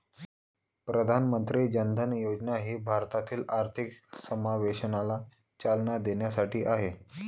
प्रधानमंत्री जन धन योजना ही भारतातील आर्थिक समावेशनाला चालना देण्यासाठी आहे